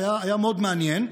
שהיה מאוד מעניין,